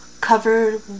covered